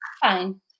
Fine